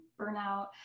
burnout